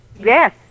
Yes